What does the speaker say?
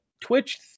Twitch